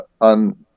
on